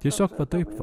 tiesiog va taip